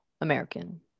American